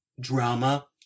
drama